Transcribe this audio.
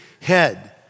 head